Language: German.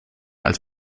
als